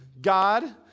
God